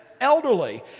elderly